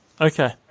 Okay